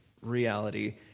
reality